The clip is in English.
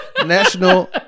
National